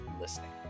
listening